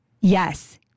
yes